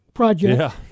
project